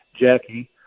Jackie